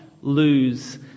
lose